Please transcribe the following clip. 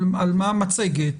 על מצגת,